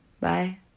Bye